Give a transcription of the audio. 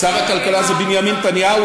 שר הכלכלה זה בנימין נתניהו,